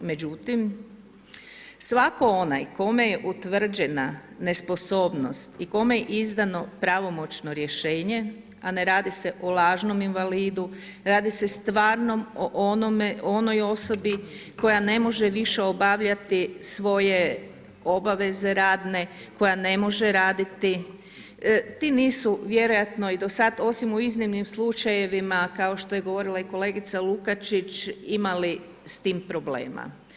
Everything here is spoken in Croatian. Međutim, svakom onaj kome je utvrđena nesposobnost i kome je izdano pravomoćno rješenje, a ne radi se o lažnom invalidu, radi se stvarno o onoj osobi koja ne može više obavljati obaveze radne, koja ne može raditi, ti nisu , vjerojatno i do sada, osim u iznimnim slučajevima, kao što je govorila i kolegica Lukačić imali s tim problema.